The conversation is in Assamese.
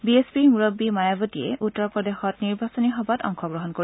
বি এছ পিৰ মূৰববী মায়াৱতীয়ে উত্তৰ প্ৰদেশত নিৰ্বচনী সভাত অংশগ্ৰহণ কৰিব